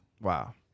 Wow